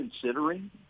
considering